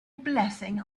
blessing